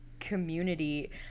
community